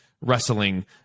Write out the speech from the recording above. wrestling